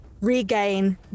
regain